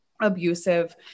abusive